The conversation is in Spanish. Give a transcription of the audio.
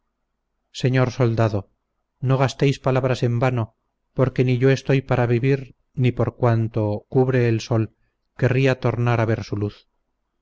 señor soldado no gastéis palabras en vano porque ni yo estoy para vivir ni por cuanto cubre el sol querría tornar a ver su luz